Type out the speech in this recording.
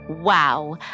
Wow